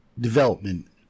development